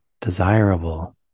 desirable